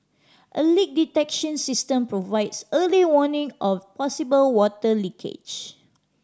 a leak detection system provides early warning of possible water leakage